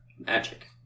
magic